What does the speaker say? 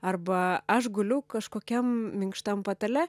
arba aš guliu kažkokiam minkštam patale